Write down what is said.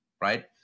right